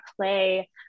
play